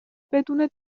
بدون